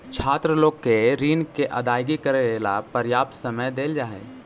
छात्र लोग के ऋण के अदायगी करेला पर्याप्त समय देल जा हई